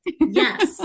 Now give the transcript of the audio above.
Yes